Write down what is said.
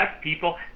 people